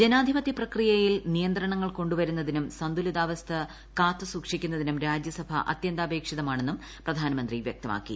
ജനാധിപത്യ പ്രക്രിയയിൽ നിയന്ത്രണങ്ങൾ കൊണ്ടുവരുന്നതിനും സന്തുലിതാവസ്ഥ കാത്തു സൂക്ഷിക്കുന്നതിനും രാജ്യസഭ അത്യന്താപേക്ഷിതമാണെന്നും പ്രധാനമന്ത്രി വ്യക്തമാക്കി